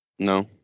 No